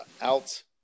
out